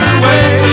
away